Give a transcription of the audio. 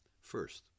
first